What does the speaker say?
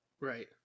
Right